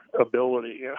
ability